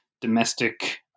domestic